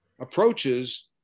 approaches